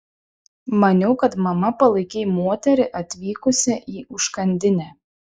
maniau kad mama palaikei moterį atvykusią į užkandinę